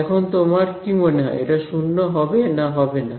এখন তোমার কি মনে হয় এটা শূন্য হবে না হবে না